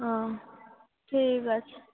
ও ঠিক আছে